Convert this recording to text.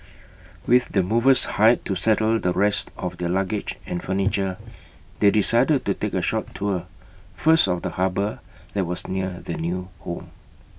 with the movers hired to settle the rest of their luggage and furniture they decided to take A short tour first of the harbour that was near their new home